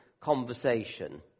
conversation